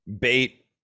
Bait